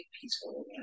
peaceful